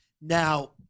Now